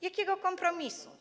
Jakiego kompromisu?